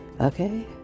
Okay